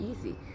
easy